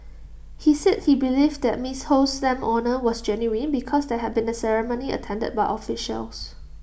he said he believed that miss Ho's stamp honour was genuine because there had been A ceremony attended by officials